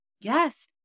Yes